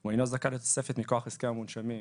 הוא אינו זכאי לתוספת מכוח הסכם המונשמים,